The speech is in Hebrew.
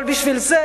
אבל בשביל זה,